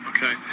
Okay